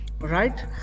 right